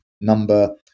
number